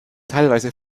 teilweise